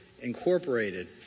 incorporated